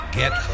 get